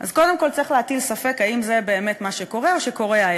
אז קודם כול צריך להטיל ספק האם זה באמת מה שקורה או שקורה ההפך,